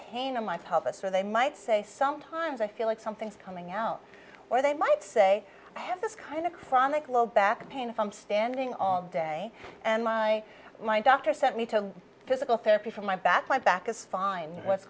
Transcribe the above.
pain in my focus or they might say sometimes i feel like something's coming out or they might say i have this kind of chronic low back pain from standing on day and my my doctor sent me to physical therapy for my bad my back is fine what's